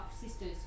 sisters